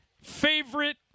favorite